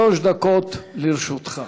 שלוש דקות לרשותך.